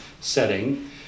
setting